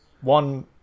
One